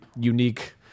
unique